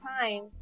time